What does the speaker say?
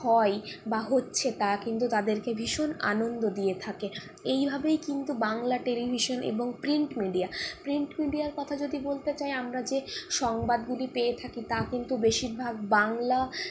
হয় বা হচ্ছে তা কিন্তু তাদেরকে ভীষণ আনন্দ দিয়ে থাকে এইভাবেই কিন্তু বাংলার টেলিভিশন এবং প্রিন্ট মিডিয়া প্রিন্ট মিডিয়ার কথা যদি বলতে যাই আমরা যে সংবাদগুলি পেয়ে থাকি তা কিন্তু বেশিরভাগ বাংলা